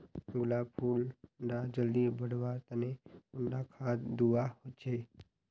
गुलाब फुल डा जल्दी बढ़वा तने कुंडा खाद दूवा होछै?